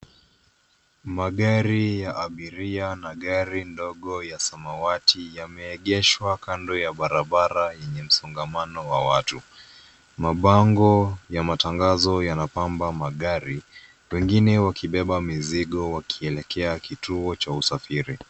Magari ya abiria na gari ndogo ya samawatiyameegeshwa kando ya barabara yenye msongamano wa watu. Mabango ya matangazo yanabamba magari wengine wakibeba mizigo wakielekea kituo cha usafiri.